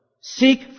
Seek